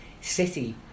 City